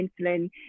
insulin